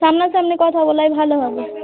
সামনা সামনি কথা বলাই ভালো হবে